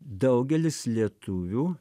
daugelis lietuvių